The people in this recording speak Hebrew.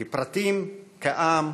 כפרטים, כעם וכמדינה.